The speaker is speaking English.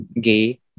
gay